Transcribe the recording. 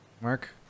Mark